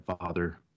father